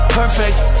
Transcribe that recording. perfect